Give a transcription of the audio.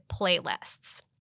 playlists